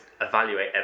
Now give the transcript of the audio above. evaluate